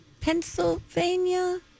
Pennsylvania